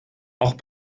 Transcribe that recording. auch